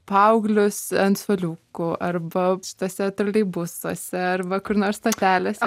paauglius ant suoliukų arba šituose troleibusuose arba kur nors stotelėse